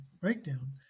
breakdown